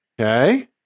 Okay